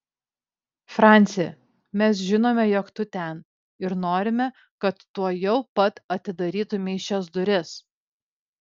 franci mes žinome jog tu ten ir norime kad tuojau pat atidarytumei šias duris